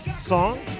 song